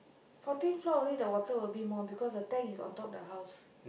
fourteen floor only the water will be more because the tank is on top the house